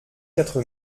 quatre